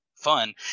fun